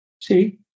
See